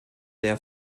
der